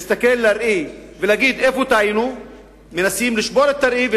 לסדר-היום שמספרן 1115,